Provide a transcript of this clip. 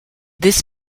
this